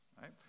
right